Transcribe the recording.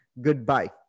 goodbye